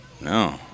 No